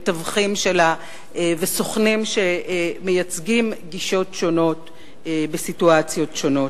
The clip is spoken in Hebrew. מתווכים שלה וסוכנים שמייצגים גישות שונות בסיטואציות שונות.